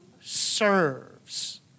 serves